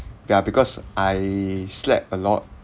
ya because I slept a lot